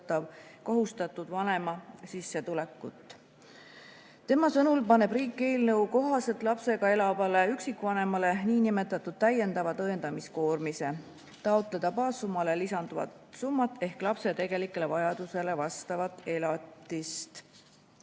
kohustatud vanema sissetulekut. Tema sõnul paneb riik eelnõu kohaselt lapsega elavale üksikvanemale nn täiendava tõendamiskoormise, kui [ta tahab] taotleda baassummale lisanduvat summat ehk lapse tegelikule vajadusele vastavat elatist.